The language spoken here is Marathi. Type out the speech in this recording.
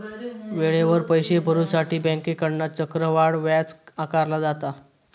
वेळेवर पैशे भरुसाठी बँकेकडना चक्रवाढ व्याज आकारला जाता